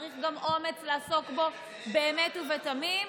צריך גם אומץ לעסוק בו באמת ובתמים.